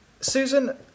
Susan